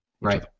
Right